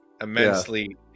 immensely